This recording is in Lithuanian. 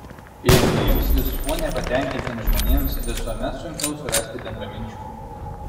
irzliems viskuo nepatenkintiems žmonėms visuomet sunkiau surasti bendraminčių